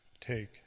Take